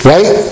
Right